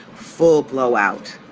full blow out,